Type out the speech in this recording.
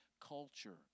culture